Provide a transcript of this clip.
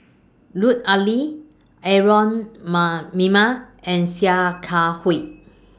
Lut Ali Aaron Maniam and Sia Kah Hui